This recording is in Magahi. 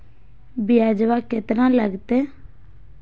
ब्यजवा केतना लगते?